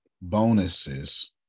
bonuses